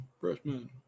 Freshman